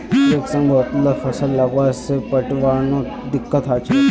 एक संग बहुतला फसल लगावा से पटवनोत दिक्कत ह छेक